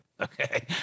Okay